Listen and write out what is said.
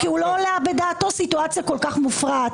כי לא עלתה בדעתו סיטואציה כל כך מופרעת